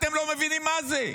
אתם לא מבינים מה זה,